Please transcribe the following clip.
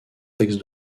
texte